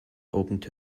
opened